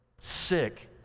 sick